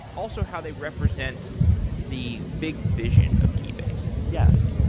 also how they represent the big vision of keybase yes.